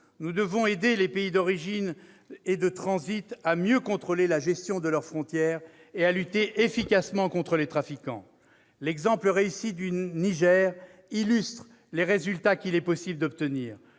nous devons aider les pays d'origine et de transit à mieux contrôler la gestion de leurs frontières et à lutter efficacement contre les trafiquants. L'exemple réussi du Niger illustre les résultats qu'il est possible d'obtenir.